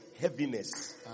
heaviness